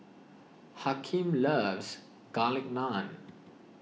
Hakeem loves Garlic Naan